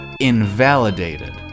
invalidated